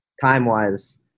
time-wise